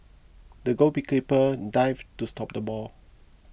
the goalkeeper dived to stop the ball